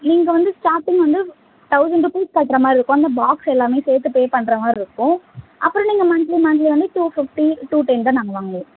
நீங்க வந்து ஸ்டாட்டிங் வந்து தௌசண்ட் ருப்பிஸ் கட்டுற மாதிரி இருக்கும் அந்த பாக்ஸ் எல்லாமே சேர்த்து பே பண்ணுற மாதிரி இருக்கும் அப்புறம் நீங்கள் மந்த்லி மந்த்லி வந்து டூ ஃபிஃப்ட்டி டூ டென் தான் நாங்கள் வாங்குவோம்